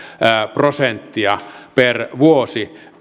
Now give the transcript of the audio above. prosenttia per vuosi